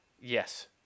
Yes